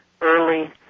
early